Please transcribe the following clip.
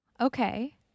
Okay